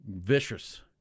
vicious